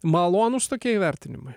malonūs tokie įvertinimai